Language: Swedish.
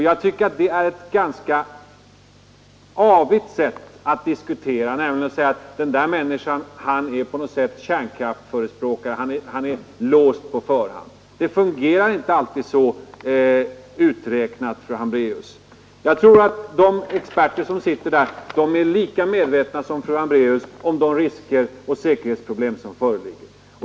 Jag tycker att det är ett ganska avigt sätt att diskutera när man påstår att individ efter individ skulle vara låst på förhand. Det fungerar inte alltid så uträknat, fru Hambraeus. Jag tror att de experter som sitter i utredningen är lika medvetna som fru Hambraeus om de risker och säkerhetsproblem som föreligger.